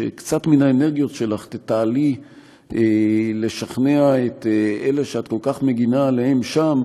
שקצת מן האנרגיות שלך תתעלי לשכנע את אלה שאת כל כך מגינה עליהם שם,